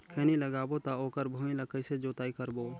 खैनी लगाबो ता ओकर भुईं ला कइसे जोताई करबो?